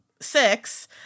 Six